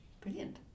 Brilliant